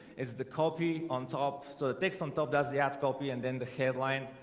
it's the copy on top. so the text on top does the ad copy and then the headline?